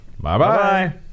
Bye-bye